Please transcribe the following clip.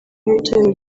w’itorero